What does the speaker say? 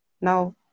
Now